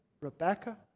Rebecca